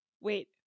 wait